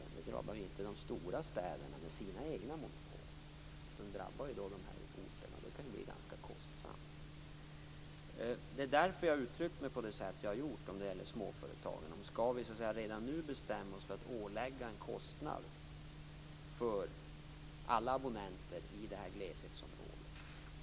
Det drabbar inte de stora städerna med sina egna monopol, utan det drabbar dessa orter, och det kan bli ganska kostsamt. Det är därför som jag uttryckt mig på det sätt som jag har gjort när det gäller småföretag. Skall vi redan nu bestämma oss för att införa en kostnad för alla abonnenter i glesbygdsområdet?